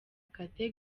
kate